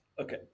Okay